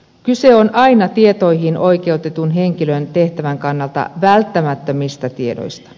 kyse on aina tietoihin oikeutetun henkilön tehtävän kannalta välttämättömistä tiedoista